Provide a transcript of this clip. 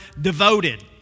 devoted